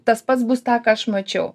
tas pats bus tą ką aš mačiau